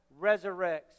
resurrects